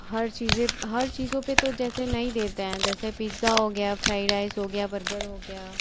हर चीज़ें हर चीज़ों पर तो जैसे नहीं देते हैं जैसे पिज्ज़ा हो गया फ़्राई राइस हो गया बर्गर हो गया